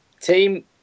Team